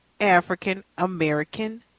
African-American